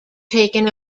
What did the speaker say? taken